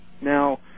Now